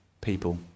people